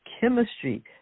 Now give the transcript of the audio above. chemistry